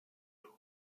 tun